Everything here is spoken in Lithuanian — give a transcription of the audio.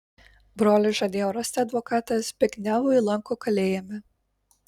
brolis žadėjo rasti advokatą zbignevui lanko kalėjime